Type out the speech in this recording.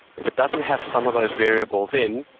if it doesn't have some of those variables in,